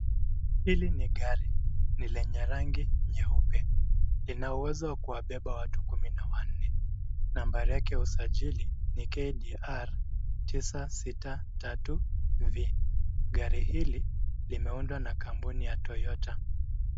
Hili ni gari. Ni lenye rangi nyeupe. Linauwezo kuwabeba watu kumi na wanne. nambari yake ya usajili ni KDR 963V.Gari hili limeundwa na kampuni ya Toyota.